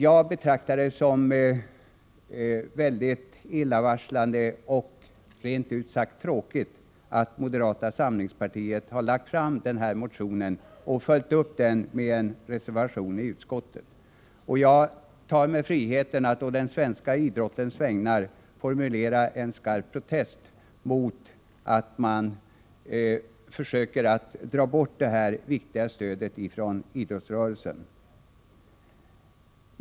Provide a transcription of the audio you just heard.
Jag betraktar som mycket illavarslande och rent ut sagt tråkigt att moderata samlingspartiet har lagt fram den här motionen och följt upp den med en reservation i utskottet. Jag tar mig friheten att på den svenska idrottens vägnar formulera en skarp protest mot att man försöker dra bort detta viktiga stöd från idrottsrörelsen.